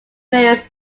appearance